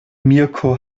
mirko